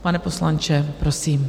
Pane poslanče, prosím.